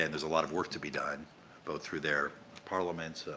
and there's a lot of work to be done both through their parliaments,